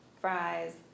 fries